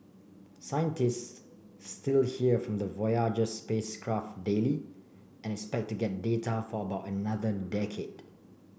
scientists still hear from the Voyager spacecraft daily and expect to get data for about another decade